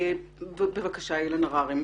אילן הררי,